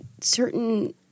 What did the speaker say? certain –